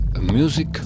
music